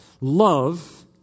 love